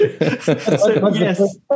Yes